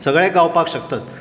सगळे गावपाक शकतात